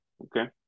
okay